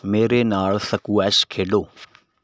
ਮੇਰੇ ਨਾਲ ਸਕੁਐਸ਼ ਖੇਡੋ